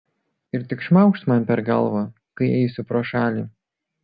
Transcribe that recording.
ir tik šmaukšt man per galvą kai eisiu pro šalį